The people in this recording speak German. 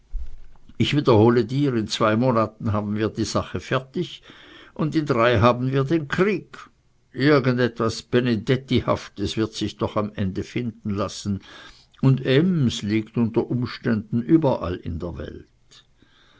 ich wiederhole dir in zwei monaten haben wir die sache fertig und in drei haben wir den krieg irgend etwas benedettihaftes wird sich doch am ende finden lassen und ems liegt unter umständen überall in der welt